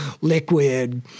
liquid